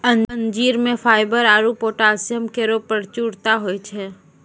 अंजीर म फाइबर आरु पोटैशियम केरो प्रचुरता होय छै